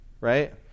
right